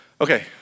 Okay